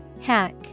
Hack